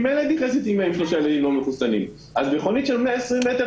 ממילא האימא נכנסת עם הילדים הלא מחוסנים וגם לחנות בשטח של 120 מטרים,